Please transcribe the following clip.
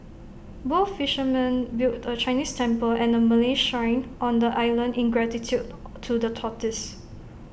both fishermen built A Chinese temple and A Malay Shrine on the island in gratitude to the tortoise